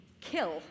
kill